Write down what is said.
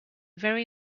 very